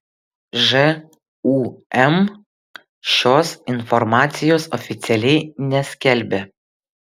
žūm šios informacijos oficialiai neskelbia